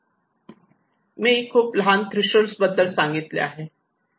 मी खूप लहान थ्रेशोल्ड बद्दल सांगितले आहे